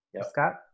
Scott